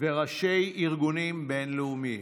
וראשי ארגונים בין-לאומיים.